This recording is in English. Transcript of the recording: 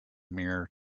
mirror